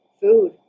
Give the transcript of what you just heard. Food